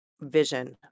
vision